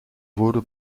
wurde